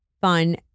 fun